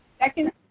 second